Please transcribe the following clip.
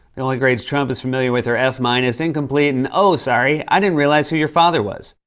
the only grades trump is familiar with are f-minus, incomplete, and, oh, sorry. i didn't realize who your father was.